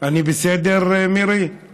אני בסדר, מירי?